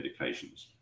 medications